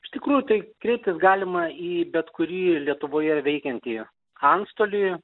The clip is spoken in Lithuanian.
iš tikrųjų tai kreiptis galima į bet kurį lietuvoje veikiantį antstolį